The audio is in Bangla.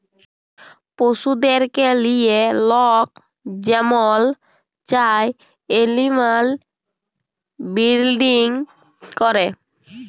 পশুদেরকে লিঁয়ে লক যেমল চায় এলিম্যাল বিরডিং ক্যরে